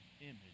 image